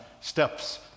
steps